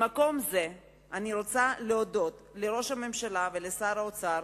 ממקום זה אני רוצה להודות לראש הממשלה ולשר האוצר